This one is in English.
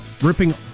ripping